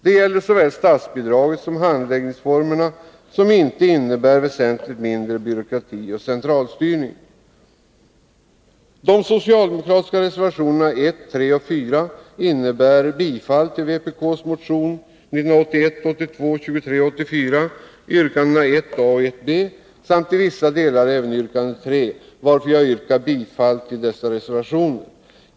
Det rör sig om såväl statsbidraget som handläggningsformerna, som inte innebär väsentligt mindre byråkrati och centralstyrning. De socialdemokratiska reservationerna 1, 3 och 4 innebär bifall till vpk:s motion 1981/82:2384, yrkandena 1a och 1b samt i vissa delar även yrkande 3, varför jag yrkar bifall till dessa reservationer.